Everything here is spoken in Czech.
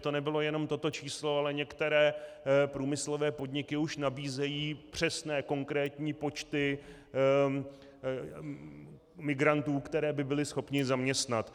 To nebylo jen toto číslo, ale které průmyslové podniky už nabízejí přesné konkrétní počty migrantů, které by byly schopny zaměstnat.